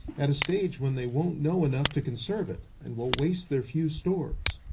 at a stage when they won't know enough to conserve it, and will waste their few stores.